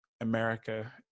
America